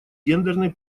гендерной